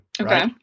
Okay